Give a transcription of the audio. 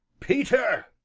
peter,